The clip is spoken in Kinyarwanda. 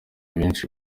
benshi